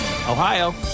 Ohio